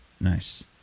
Nice